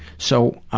so,